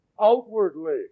outwardly